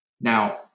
Now